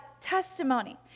testimony